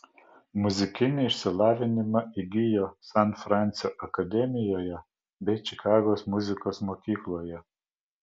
muzikinį išsilavinimą įgijo san fransio akademijoje bei čikagos muzikos mokykloje